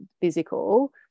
physical